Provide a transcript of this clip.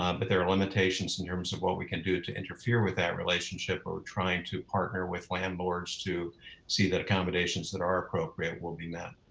um but there are limitations in terms of what we can do to interfere with that relationship or trying to partner with landlords to see that accommodations that are appropriate will be met.